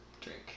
Drink